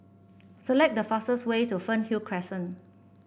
select the fastest way to Fernhill Crescent